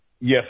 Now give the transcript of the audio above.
Yes